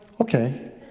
okay